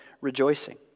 rejoicing